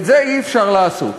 את זה אי-אפשר לעשות.